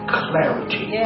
clarity